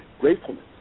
gratefulness